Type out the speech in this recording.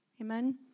Amen